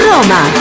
Roma